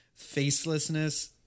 facelessness